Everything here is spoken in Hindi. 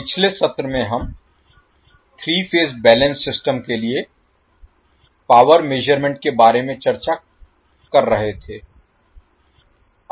पिछले सत्र में हम 3 फेज बैलेंस्ड सिस्टम के लिए पावर मेज़रमेंट के बारे में चर्चा कर रहे थे